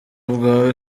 bwawe